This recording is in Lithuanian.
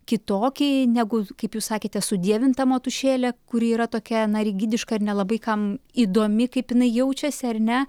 kitokį negu kaip jūs sakėte sudievinta motušėlė kuri yra tokia na rigidiška ir nelabai kam įdomi kaip jinai jaučiasi ar ne